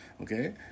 Okay